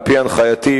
על-פי הנחייתי,